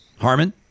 Harmon